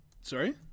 Sorry